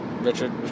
Richard